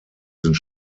sind